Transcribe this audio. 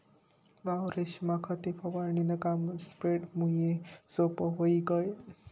वावरेस्मा खते फवारणीनं काम स्प्रेडरमुये सोप्पं व्हयी गय